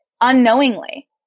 Unknowingly